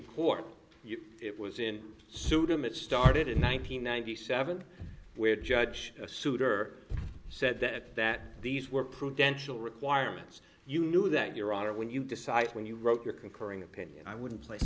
court it was in sue them it started in one nine hundred ninety seven where judge souter said that that these were prudential requirements you knew that your honor when you decide when you wrote your concurring opinion i wouldn't place